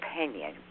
opinion